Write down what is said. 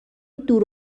دور